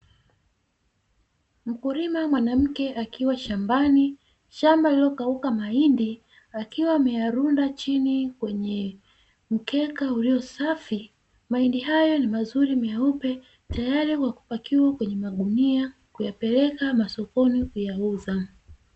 Mkulima mwanamke akiwa shambani, shamba lililokauka mahindi akiwa ameyarunda chini kwenye mkeka ulio safi. Mahindi haya ni mazuri na meupe tayari kwa kupakiwa kwenye magunia na kuyapeleka masokoni kuyauza.